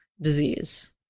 disease